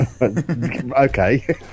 Okay